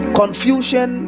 confusion